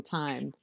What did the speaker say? time